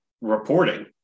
reporting